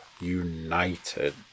United